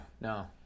no